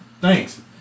Thanks